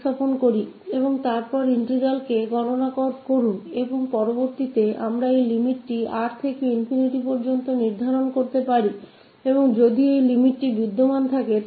और फिर इस इंटीग्रल और बाद में हम इस limit को R से ∞ सेट कर सकते हैं अगर लिमिट मौजूद है तो